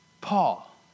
Paul